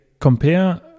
compare